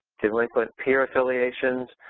delinquent peer affiliations,